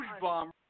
bomb